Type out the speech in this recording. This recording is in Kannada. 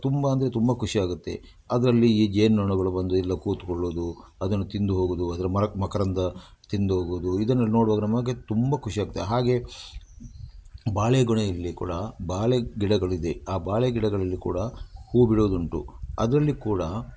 ತುಂಬ ಅಂದರೆ ತುಂಬ ಖುಷಿಯಾಗುತ್ತೆ ಅದರಲ್ಲಿ ಈ ಜೇನು ನೊಣಗಳು ಬಂದು ಇಲ್ಲೆ ಕೂತುಕೊಳ್ಳೋದು ಅದನ್ನು ತಿಂದು ಹೋಗೋದು ಅದರ ಮರಕ್ ಮಕರಂದ ತಿಂದು ಹೋಗುದು ಇದನ್ನು ನೋಡುವಾಗ ನಮಗೆ ತುಂಬ ಖುಷಿಯಾಗ್ತೆ ಹಾಗೆ ಬಾಳೆ ಗೊನೆಯಲ್ಲಿ ಕೂಡ ಬಾಳೆ ಗಿಡಗಳಿದೆ ಆ ಬಾಳೆ ಗಿಡಗಳಲ್ಲಿ ಕೂಡ ಹೂ ಬಿಡೋದು ಉಂಟು ಅದರಲ್ಲಿ ಕೂಡ